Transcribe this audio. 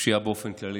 פשיעה באופן כללי.